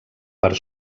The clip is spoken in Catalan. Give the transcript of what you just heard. per